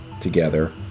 together